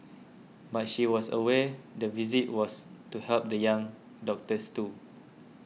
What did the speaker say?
but she was aware the visit was to help the young doctors too